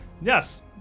Yes